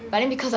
mm